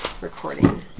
recording